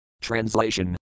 Translation